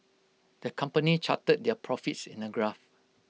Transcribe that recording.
the company charted their profits in A graph